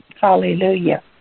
Hallelujah